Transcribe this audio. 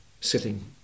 sitting